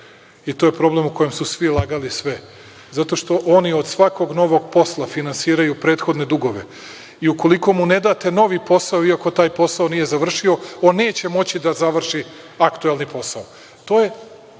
i to je problem o kojem su svi lagali sve, zato što oni od svakog novog posla finansiraju prethodne dugove i ukoliko mu ne date novi posao iako taj posao nije završio on neće moći da završi aktuelni posao. Da li je